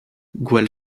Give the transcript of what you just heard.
gwall